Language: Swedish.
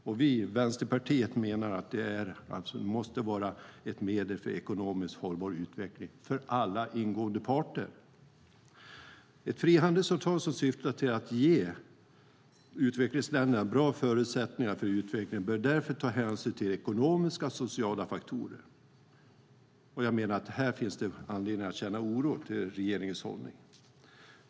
Vi i Vänsterpartiet menar att den måste vara ett medel för ekonomiskt hållbar utveckling för alla ingående parter. Ett frihandelsavtal som syftar till att ge utvecklingsländerna bra förutsättningar för utveckling bör därför ta hänsyn till ekonomiska och sociala faktorer. Jag menar att här finns det anledning att känna oro, inte minst när det gäller regeringens hållning.